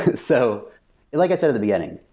so like i said at the beginning,